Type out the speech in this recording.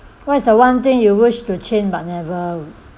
what is the one thing you wish to change but never